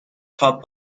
چاپ